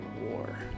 war